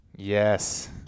Yes